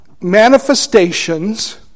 manifestations